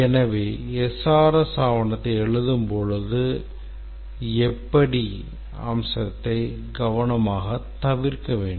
எனவே SRS ஆவணத்தை எழுதும் போது "எப்படி" அம்சத்தை கவனமாக தவிர்க்க வேண்டும்